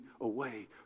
away